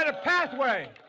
ah pathway,